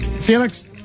Felix